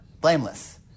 Blameless